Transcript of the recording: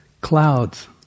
Clouds